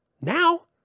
now